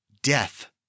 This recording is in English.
Death